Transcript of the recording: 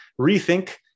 rethink